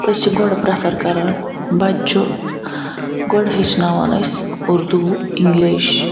أسۍ چھِ گۄڈٕ پریٚفر کران بَچہِ چھُ گۄدٕ ہیٚچھناوان أسۍ اردو اِنٛگلِش